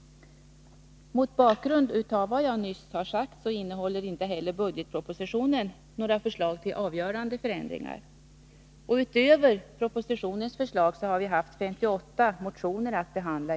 Mot bakgrund av vad jag nyss sagt framgår det att inte heller budgetpropositionen innehåller några förslag till avgörande förändringar. Utöver propositionens förslag har utskottet haft 58 motioner att behandla.